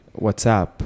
WhatsApp